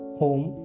home